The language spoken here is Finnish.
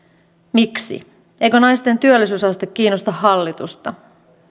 miksi eikö naisten työllisyysaste kiinnosta hallitusta